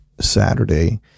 saturday